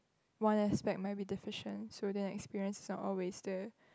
one aspect might be deficient so their experience is not always there